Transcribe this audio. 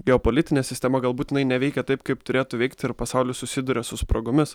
geopolitinė sistema galbūt jinai neveikia taip kaip turėtų veikti ir pasaulis susiduria su spragomis